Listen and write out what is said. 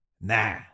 Nah